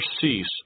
cease